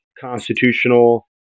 constitutional